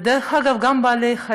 דרך אגב, גם בעלי-חיים.